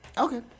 Okay